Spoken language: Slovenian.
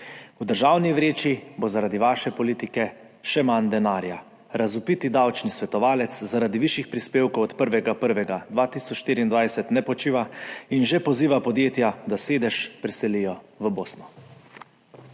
V državni vreči bo zaradi vaše politike še manj denarja. Razvpiti davčni svetovalec zaradi višjih prispevkov od 1. 1. 2024 ne počiva in že poziva podjetja, da sedež preselijo v Bosno.